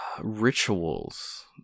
rituals